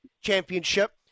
Championship